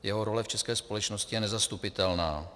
Jeho role v české společnosti je nezastupitelná.